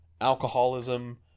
alcoholism